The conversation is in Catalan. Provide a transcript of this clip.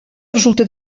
resulta